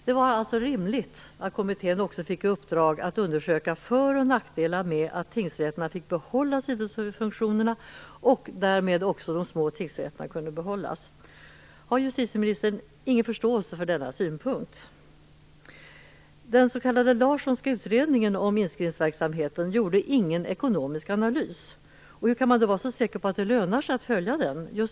Det vore alltså rimligt att kommittén också fick i uppdrag att undersöka för och nackdelar med att tingsrätten får behålla sidofunktionerna, och att de små tingsrätterna därmed också kan behållas. Har justitieministern ingen förståelse för denna synpunkt? Den s.k. Larssonska utredningen om inskrivningsverksamheten gjorde ingen ekonomisk analys. Hur kan man då vara så säker på att det lönar sig att följa den?